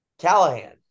Callahan